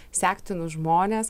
sektinus žmones